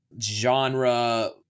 genre